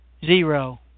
zero